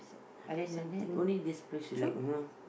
other than that only this place you like you know